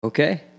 Okay